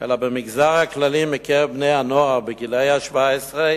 אלא במגזר הכללי, מקרב בני-הנוער גילאי 17,